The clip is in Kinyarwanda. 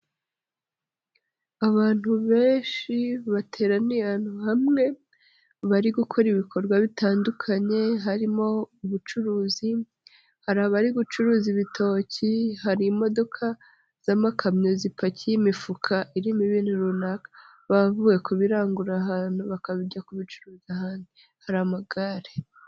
Abantu benshi bateraniye ahantu hamwe, bari gukora ibikorwa bitandukanye, harimo ubucuruzi, hari abari gucuruza ibitoki, harimo imodoka z'amakamyo zipakiye imifuka irimo ibindi runaka, bavuye kubirangura ahantu, bakajya kubicuruza ahandi. Hari amagare.